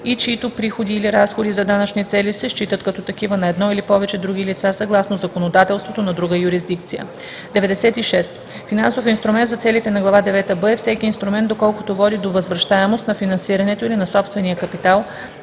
и чиито приходи или разходи за данъчни цели се считат като такива на едно или повече други лица съгласно законодателството на друга юрисдикция. 96. „Финансов инструмент“ за целите на глава девета „б“ е всеки инструмент, доколкото води до възвръщаемост на финансирането или на собствения капитал,